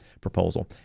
proposal